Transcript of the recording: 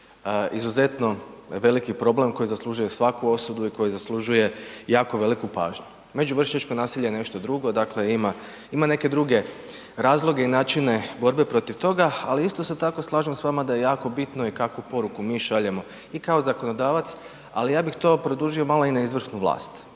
izuzetno veliki problem koji zaslužuje svaku osudu i koji zaslužuje jako veliku pažnju. Među vršnjačko nasilje je nešto drugo, dakle, ima neke druge razloge i načine borbe protiv toga, ali isto se tako slažem s vama da je jako bitno i kakvu poruku mi šaljemo i kao zakonodavac, ali ja bih to produžio malo i na izvršnu vlast,